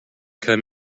come